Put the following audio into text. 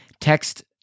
text